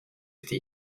rester